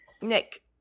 Nick